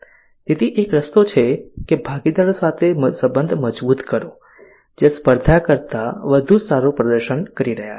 તેથી એક રસ્તો એ છે કે ભાગીદારો સાથે સંબંધ મજબૂત કરો જે સ્પર્ધા કરતાં વધુ સારું પ્રદર્શન કરી રહ્યા છે